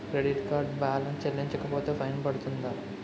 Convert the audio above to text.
Credit card balance చెల్లించకపోతే fine పడ్తుంద?